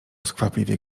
skwapliwie